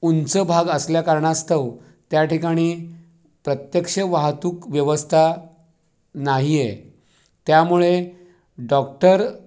उंच भाग असल्या कारणास्तव त्या ठिकाणी प्रत्यक्ष वाहतूक व्यवस्था नाही आहे त्यामुळे डॉक्टर